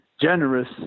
generous